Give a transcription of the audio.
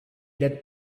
that